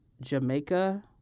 Jamaica